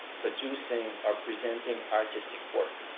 producing, or presenting artistic work.